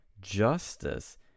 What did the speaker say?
justice